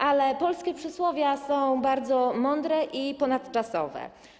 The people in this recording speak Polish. Ale polskie przysłowia są bardzo mądre i ponadczasowe.